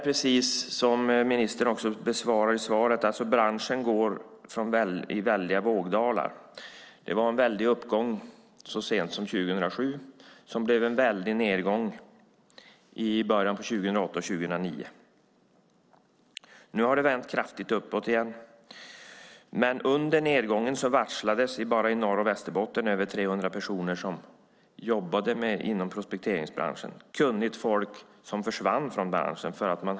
Precis som ministern sade i sitt svar går branschen i väldiga vågdalar. Det var en uppgång så sent som 2007 som blev en nedgång 2008-2009. Nu har det vänt kraftigt uppåt igen, men under nedgången varslades bara i Norr och i Västerbotten över 300 personer som jobbade inom prospekteringsbranschen. Det var kunnigt folk med kompetens som försvann från branschen.